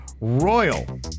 Royal